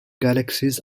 galaxies